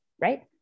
right